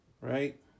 right